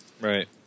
Right